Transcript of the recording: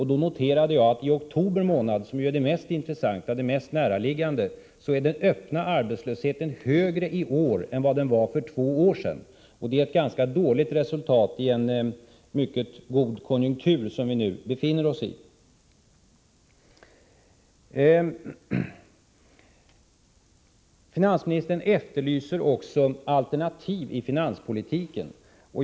Då noterade jag att i oktober månad — som är den mest intressanta och mest närliggande — är den öppna arbetslösheten högre i år än vad den var för två år sedan, vilket är ett ganska dåligt resultat i en mycket god konjunktur, som vi nu befinner oss i. Finansministern efterlyser alternativ i finanspolitiken.